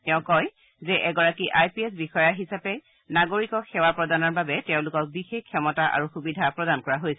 তেওঁ কয় যে এগৰাকী আই পি এছ বিষয়া হিচাপে নাগৰিকক সেৱা প্ৰদানৰ বাবে তেওঁলোকক বিশেষ ক্ষমতা আৰু সুবিধা প্ৰদান কৰা হৈছে